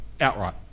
outright